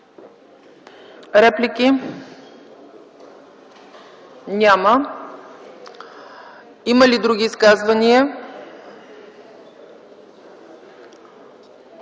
Реплики? Няма. Има ли други изказвания?